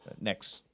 Next